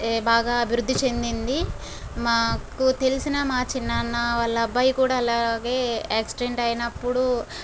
బాగా అభివృద్ధి చెందింది మాకు తెలిసిన మా చిన్నాన్న వాళ్ళ అబ్బాయి కూడా అలాగే ఆక్సిడెంట్ అయినప్పుడు